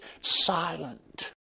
silent